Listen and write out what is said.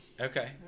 Okay